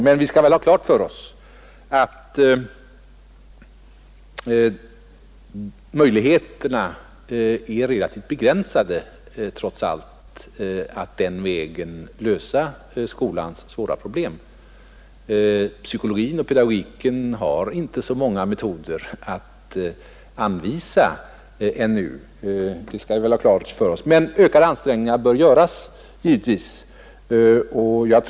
Emellertid bör vi ha klart för oss att möjligheterna trots allt är relativt begränsade att den vägen lösa skolans svåra problem. Psykologin och pedagogiken har inte så många metoder att anvisa ännu. Men ökade ansträngningar bör givetvis göras.